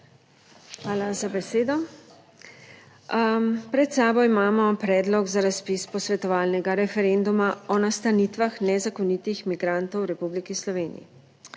Hvala za besedo. Torej mi govorimo danes o Predlogu za razpis posvetovalnega referenduma o nastanitvah nezakonitih migrantov v Republiki Sloveniji.